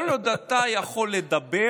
כל עוד אתה יכול לדבר,